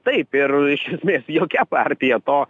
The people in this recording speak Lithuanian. taip ir iš esmės jokia partija to